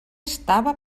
estava